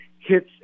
hits